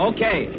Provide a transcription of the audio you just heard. Okay